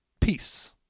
Peace